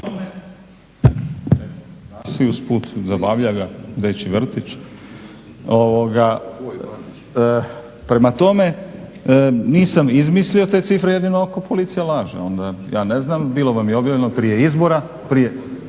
Prema tome, nisam izmislio te cifre jedino ako policija laže. Onda ja ne znam, bilo vam je objavljeno prije izbora, 8